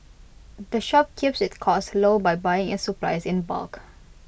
the shop keeps its costs low by buying its supplies in bulk